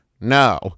no